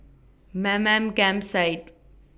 Mamam Campsite